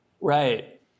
Right